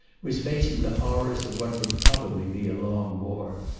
was facing the horrors of what would probably be a long war.